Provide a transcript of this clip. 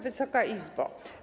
Wysoka Izbo!